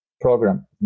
program